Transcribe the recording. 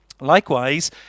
Likewise